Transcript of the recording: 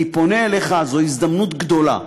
אני פונה אליך: זו הזדמנות גדולה,